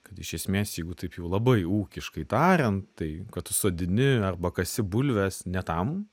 kad iš esmės jeigu taip jau labai ūkiškai tariant tai kad tu sodini arba kasi bulvės ne tam